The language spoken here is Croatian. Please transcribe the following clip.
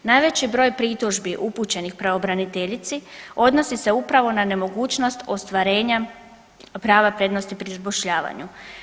Najveći broj pritužbi upućenih pravobraniteljici odnosi se upravo na nemogućnost ostvarenja prava prednosti pri zapošljavanju.